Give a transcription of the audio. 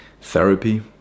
therapy